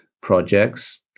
projects